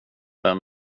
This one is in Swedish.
vem